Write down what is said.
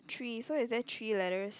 three so is there three letters